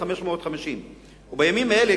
550. בימים האלה,